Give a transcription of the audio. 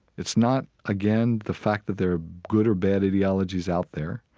it's not, again, the fact that there are good or bad ideologies out there.